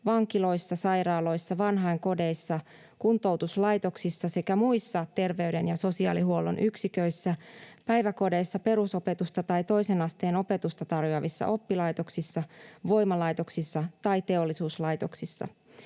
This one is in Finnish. vankiloissa, sairaaloissa, vanhainkodeissa, kuntoutuslaitoksissa sekä muissa terveyden- ja sosiaalihuollon yksiköissä, päiväkodeissa, perusopetusta tai toisen asteen opetusta tarjoavissa oppilaitoksissa, voimalaitoksissa tai teollisuuslaitoksissa.”